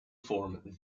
form